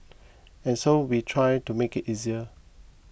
and so we try to make it easier